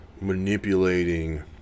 manipulating